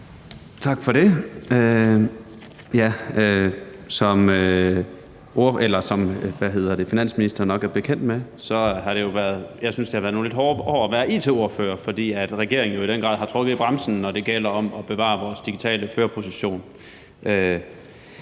Tak for det. Som finansministeren nok er bekendt med, har det været nogle lidt hårde år at være it-ordfører, fordi regeringen jo i den grad har trukket i bremsen, når det gælder om at bevare vores digitale førerposition,